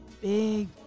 Big